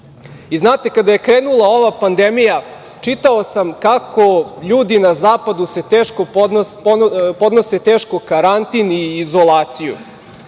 kada je krenula ova pandemija čitao sam kako ljudi na zapadu teško podnose karantin i izolaciju,